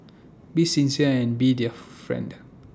be sincere and be their friend